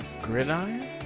Gridiron